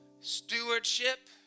stewardship